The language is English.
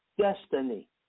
destiny